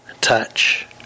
touch